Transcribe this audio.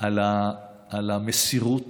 על המסירות,